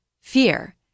fear